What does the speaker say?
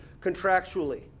contractually